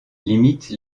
limitent